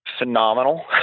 Phenomenal